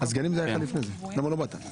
אז